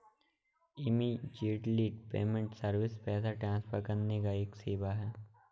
immediate payment service पैसा transfer करने का एक सेवा है